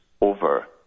over